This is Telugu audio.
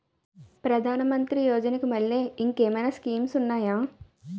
ప్రధాన మంత్రి యోజన కి మల్లె ఇంకేమైనా స్కీమ్స్ ఉన్నాయా?